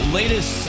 latest